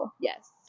Yes